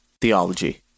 Theology